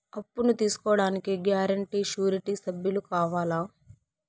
అప్పును తీసుకోడానికి guarantee, surety సభ్యులు కావాలా?